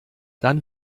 dann